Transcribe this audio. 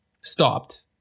stopped